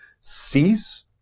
cease